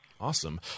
Awesome